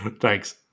Thanks